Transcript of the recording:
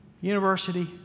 university